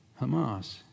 Hamas